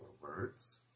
words